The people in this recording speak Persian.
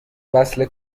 وصله